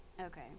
Okay